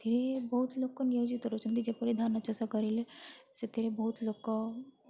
ଏ ବହୁତ ଲୋକ ନିୟୋଜିତ ରହୁଛନ୍ତି ଯେପରି ଧାନ ଚାଷ କରିଲେ ସେଥିରେ ବହୁତ ଲୋକ